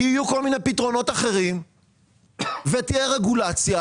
כי יהיו כל מיני פתרונות אחרים ותהיה רגולציה